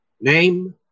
Name